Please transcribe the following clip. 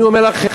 אני אומר לכם,